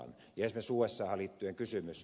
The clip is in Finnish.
esimerkiksi usahan liittyen kysymys